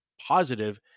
positive